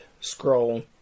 scroll